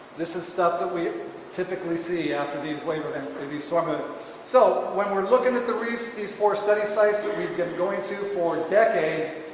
this is stuff that we typically see after these wave events and these storming so when we're looking at the reefs these four study sites that we've been going to for decades.